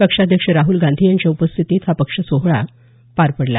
पक्षाध्यक्ष राहुल गांधी यांच्या उपस्थितीत हा पक्षप्रवेश सोहळा झाला